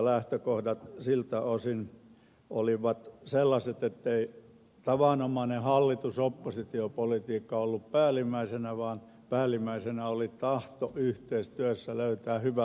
lähtökohdat siltä osin olivat sellaiset ettei tavanomainen hallitusoppositio politiikka ollut päällimmäisenä vaan päällimmäisenä oli tahto yhteistyössä löytää hyvä loppuratkaisu